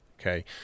Okay